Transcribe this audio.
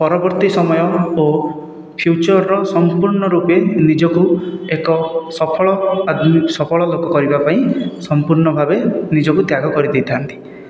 ପରବର୍ତ୍ତୀ ସମୟ ଓ ଫ୍ୟୁଚରର ସମ୍ପୂର୍ଣ୍ଣ ରୂପେ ନିଜକୁ ଏକ ସଫଳ ଆଦି ସଫଳ ଲୋକ କରିବା ପାଇଁ ସମ୍ପୂର୍ଣ୍ଣ ଭାବେ ନିଜକୁ ତ୍ୟାଗ କରି ଦେଇଥାନ୍ତି